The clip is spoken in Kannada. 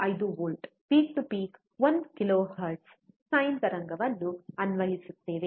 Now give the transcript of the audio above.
5 ವಿ ಪೀಕ್ ಟು ಪೀಕ್ 1ಕಿಲೋಹೆರ್ಟ್ಜ್ ಸೈನ್ ತರಂಗವನ್ನು ಅನ್ವಯಿಸುತ್ತೇವೆ